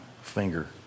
finger